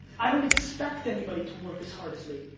i don't expect anybody to work as hard as me.